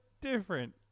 different